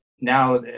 now